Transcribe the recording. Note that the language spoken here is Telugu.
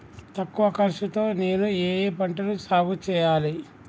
తక్కువ ఖర్చు తో నేను ఏ ఏ పంటలు సాగుచేయాలి?